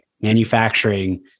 Manufacturing